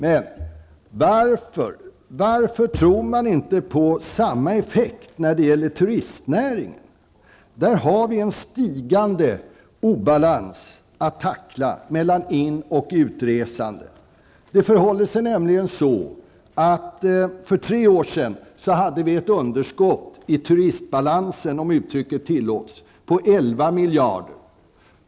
Men varför tror man inte på samma effekt när det gäller turistnäringen? Där finns det en stigande obalans att tackla mellan in och utresande. För tre år sedan var det ett underskott i turistbalansen, om uttrycket tillåts, på 11 miljarder.